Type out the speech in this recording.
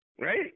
Right